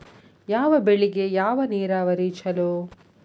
ಯಾವ ಬೆಳಿಗೆ ಯಾವ ನೇರಾವರಿ ಛಲೋ?